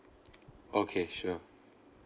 okay sure